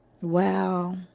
Wow